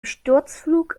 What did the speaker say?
sturzflug